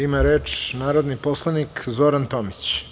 Ima reč narodni poslanik Zoran Tomić.